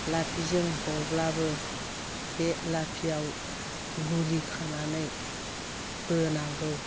लाफिजों हब्लाबो बे लाफियाव गुलि खानानै बोनांगौ